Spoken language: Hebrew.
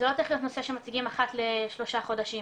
זה לא צריך להיות נושא שמציגים אחת לשלושה חודשים.